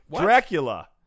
Dracula